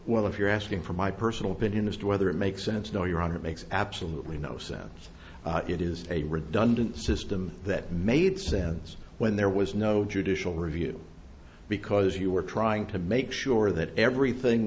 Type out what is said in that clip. well if you're asking for my personal opinion as to whether it makes sense no your honor makes absolutely no sense it is a redundant system that made sense when there was no judicial review because you were trying to make sure that everything